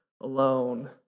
alone